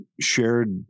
shared